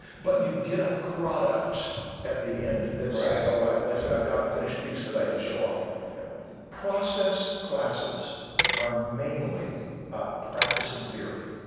but you get a product at the end that says, all right, at least i have got a finished piece that i can show off to my family. process classes are mainly practicing theory,